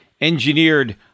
engineered